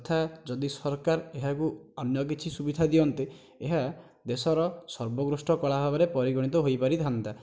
ତଥା ଯଦି ସରକାର ଏହାକୁ ଅନ୍ୟ କିଛି ସୁବିଧା ଦିଅନ୍ତେ ଏହା ଦେଶର ସର୍ବକୃଷ୍ଟ କଳା ଭାବରେ ପରିଗଣିତ ହୋଇପାରିଥାନ୍ତା